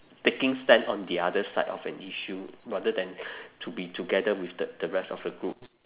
taking stand on the other side of an issue rather than to be together with the the rest of the group